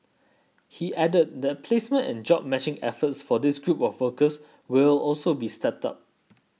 he added that placement and job matching efforts for this group of workers will also be stepped up